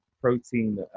protein